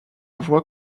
voix